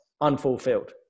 unfulfilled